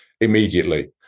immediately